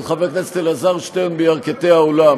חבר הכנסת אלעזר שטרן בירכתי האולם,